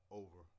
over